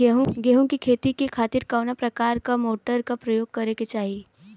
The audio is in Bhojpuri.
गेहूँ के खेती के खातिर कवना प्रकार के मोटर के प्रयोग करे के चाही?